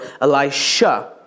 Elisha